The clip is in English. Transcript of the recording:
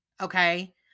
okay